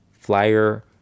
Flyer